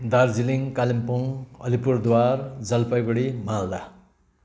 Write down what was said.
Darjeeling Kalimpong Alipurduar Jalpaiguri Malda